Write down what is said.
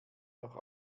noch